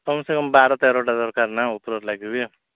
କମ୍ ସେ କମ୍ ବାର ତେରଟା ଦରକାର୍ ନା ଓପର ଲାଗିବି